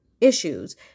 issues